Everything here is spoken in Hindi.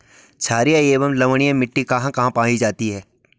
छारीय एवं लवणीय मिट्टी कहां कहां पायी जाती है?